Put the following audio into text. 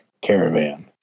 caravan